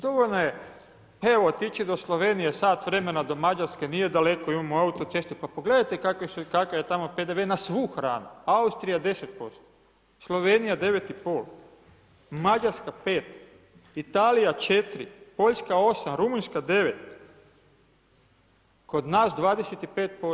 Dovoljno je evo, otići do Slovenije, sat vremena do Mađarske, nije daleko, imamo autocestu, pa pogledajte kakav je tamo PDV na svu hranu, Austrija 10%, Slovenija 9,5, Mađarska 5, Italija 4, Poljska 8, Rumunjska 9, kod nas 25%